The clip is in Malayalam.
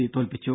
സി തോൽപ്പിച്ചു